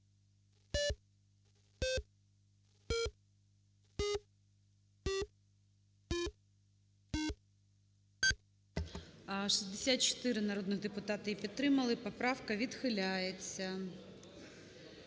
64 народних депутата її підтримали. Поправка відхиляється.